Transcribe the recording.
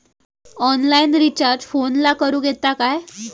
Online recharge फोनला करूक येता काय?